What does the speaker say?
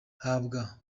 hawa